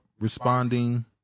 responding